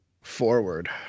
Forward